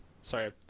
Sorry